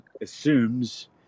assumes